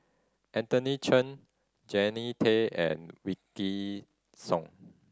Anthony Chen Jannie Tay and Wykidd Song